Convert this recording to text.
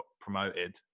promoted